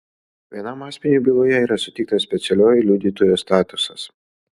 vienam asmeniui byloje yra suteiktas specialiojo liudytojo statusas